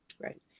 Right